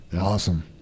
Awesome